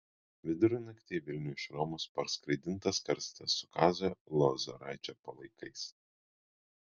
vidurnaktį į vilnių iš romos parskraidintas karstas su kazio lozoraičio palaikais